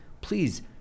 please